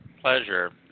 pleasure